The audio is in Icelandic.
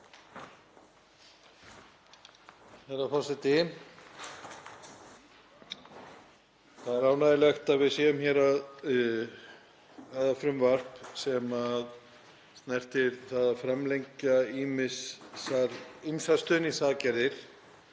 Það er ánægjulegt að við séum hér að ræða frumvarp sem snertir það að framlengja ýmsar stuðningsaðgerðir